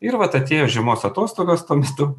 ir vat atėjo žiemos atostogas tuo metu